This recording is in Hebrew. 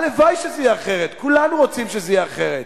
הלוואי שזה יהיה אחרת, כולנו רוצים שזה יהיה אחרת.